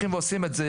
עושים את זה